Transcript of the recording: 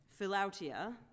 philautia